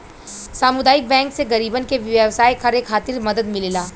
सामुदायिक बैंक से गरीबन के व्यवसाय करे खातिर मदद मिलेला